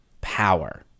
power